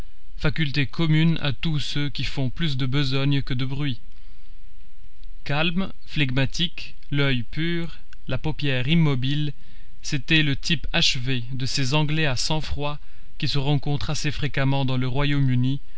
faculté commune à tous ceux qui font plus de besogne que de bruit calme flegmatique l'oeil pur la paupière immobile c'était le type achevé de ces anglais à sang-froid qui se rencontrent assez fréquemment dans le royaume-uni